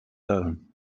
own